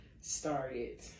started